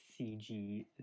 CG